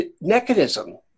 mechanism